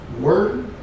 word